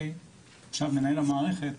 מנהל המערכת,